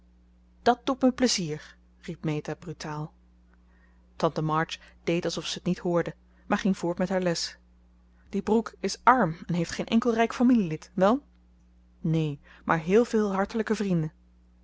dat doet me pleizier riep meta brutaal tante march deed alsof ze t niet hoorde maar ging voort met haar les die brooke is arm en heeft geen enkel rijk familielid wel neen maar heel veel hartelijke vrienden